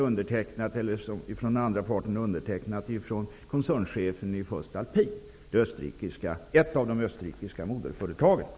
Den andra part som undertecknat dokumentet är koncernchefen i